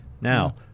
Now